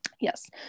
yes